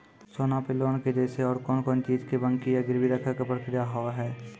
सोना पे लोन के जैसे और कौन कौन चीज बंकी या गिरवी रखे के प्रक्रिया हाव हाय?